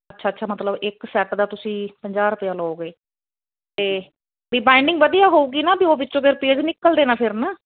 ਅੱਛਾ ਮਤਲਬ ਇੱਕ ਸੈੱਟ ਦਾ ਤੁਸੀਂ ਪੰਜਾਹ ਰੁਪਇਆ ਲਓਗੇ ਤੇ ਬਵੀ ਬਾਈਡਿੰਗ ਵਧੀਆ ਹੋਊਗੀ ਨਾ ਵੀ ਉਹ ਵਿੱਚੋਂ ਫਿਰ ਪੇਜ ਨਿਕਲਦੇ ਨਾ ਫਿਰਨ